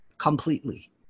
completely